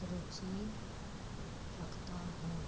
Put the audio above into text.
रुचि रखता हूँ